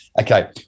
okay